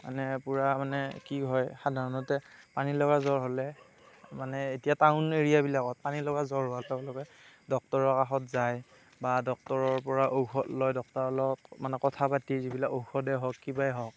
মানে পূৰা মানে কি হয় সাধাৰণতে পানীলগা জ্বৰ হ'লে মানে এতিয়া টাউন এৰিয়াবিলাকত পানীলগা জ্বৰ হোৱাৰ লগে লগে ডক্টৰৰ কাষত যায় বা ডক্টৰৰ পৰা ঔষধ লয় ডক্টৰৰ লগত মানে কথা পাতি যিবিলাক ঔষধেই হওক কিবাই হওক